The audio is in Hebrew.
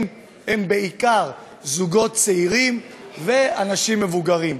היא בעיקר של זוגות צעירים ואנשים מבוגרים.